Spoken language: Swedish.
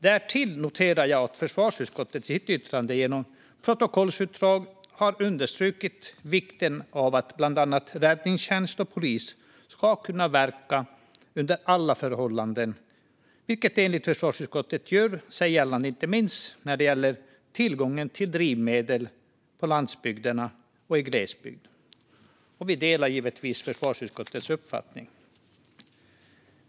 Därtill noterar jag att försvarsutskottet i sitt yttrande genom protokollsutdrag har understrukit vikten av att bland annat räddningstjänst och polis ska kunna verka under alla förhållanden, vilket enligt försvarsutskottet gör sig gällande inte minst i fråga om tillgången till drivmedel på landsbygderna och i glesbygd. Vi delar givetvis försvarsutskottets uppfattning.